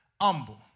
humble